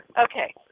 Okay